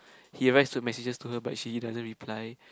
he writes to messages to her but she doesn't reply